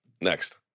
Next